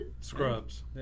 Scrubs